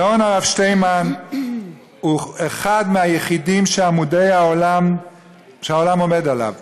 הגאון הרב שטיינמן הוא אחד מהיחידים שהעולם עומד עליו.